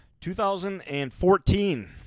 2014